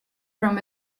from